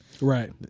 Right